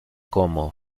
como